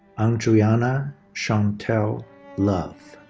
andriana chantell love.